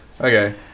okay